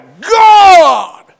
God